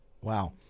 Wow